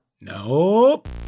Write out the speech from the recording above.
Nope